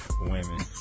women